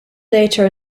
later